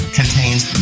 contains